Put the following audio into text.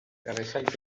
result